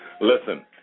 Listen